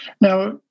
now